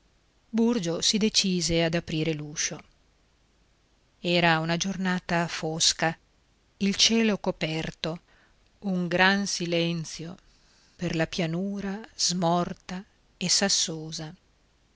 burgio si decise ad aprire l'uscio era una giornata fosca il cielo coperto un gran silenzio per la pianura smorta e sassosa